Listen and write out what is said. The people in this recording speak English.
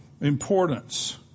importance